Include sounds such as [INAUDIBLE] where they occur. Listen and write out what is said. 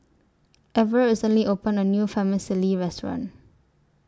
Everet recently opened A New [UNINTELLIGIBLE] Restaurant